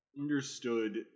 understood